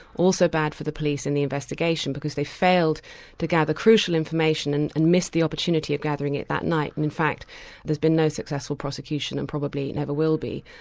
also bad for the police and the investigation, because they failed to gather crucial information and and missed the opportunity of gathering it that night. and in fact there's been no successful prosecution, and probably it and never will be,